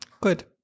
good